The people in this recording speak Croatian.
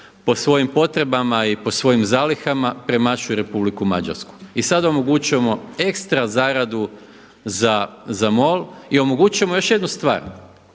po svojim potrebama i po svojim zalihama premašuje Republiku Mađarsku i sada omogućujemo ekstra zaradu za MOL i omogućujemo još jednu stvar,